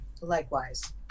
likewise